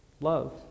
love